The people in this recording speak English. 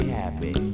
happy